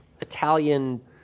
italian